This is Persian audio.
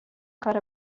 کار